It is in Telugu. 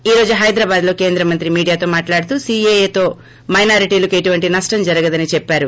ఈ రోజు హైదరాబాద్లో కేంద్రమంత్రి మీడియాతో మాట్లాడుతూ సీఏఏతో మైనార్టీలకు ఎటువంటి నష్టం జరగదని చెప్పారు